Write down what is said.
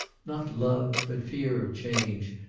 not love, but fear of change,